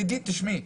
אדית תשמעי,